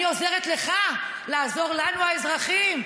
אני עוזרת לך לעזור לנו, האזרחים.